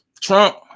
trump